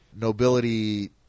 nobility